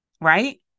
right